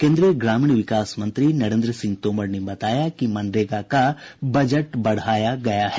केन्द्रीय ग्रामीण विकास मंत्री नरेन्द्र सिंह तोमर ने बताया कि मनरेगा का बजट बढ़ाया गया है